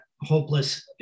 hopeless